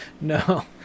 No